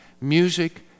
Music